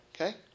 Okay